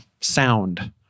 sound